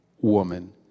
woman